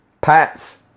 Pat's